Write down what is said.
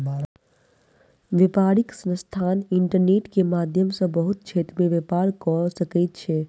व्यापारिक संस्थान इंटरनेट के माध्यम सॅ बहुत क्षेत्र में व्यापार कअ सकै छै